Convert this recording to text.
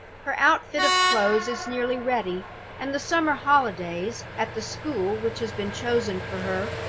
her outfit of clothes is nearly ready and the summer holidays, at the school which has been chosen for her,